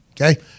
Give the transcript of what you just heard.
Okay